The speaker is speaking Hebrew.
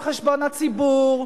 הציבור.